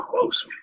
close